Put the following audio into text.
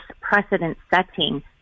precedent-setting